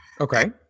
okay